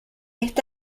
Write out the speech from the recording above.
esta